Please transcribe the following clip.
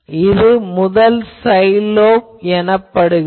இது முதல் side lobe எனப்படுகிறது